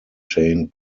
jane